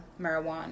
marijuana